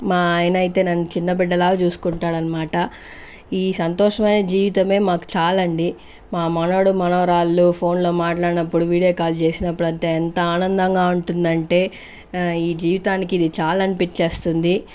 మా ఆయనైతే నన్ను చిన్న బిడ్డలాగా చూసుకుంటాడన్నమాట ఈ సంతోషమైన జీవితమే మాకు చాలండి మా మనవడు మనవరాళ్ళు ఫోన్లో మాట్లాడినప్పుడు వీడియో కాల్ చేసినప్పుడు అంతే ఎంత ఆనందంగా ఉంటుంది అంటే ఈ జీవితానికి ఇది చాలనిపిచేస్తుంది